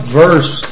verse